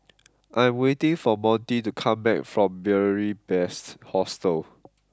I am waiting for Monty to come back from Beary Best Hostel